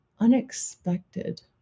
unexpected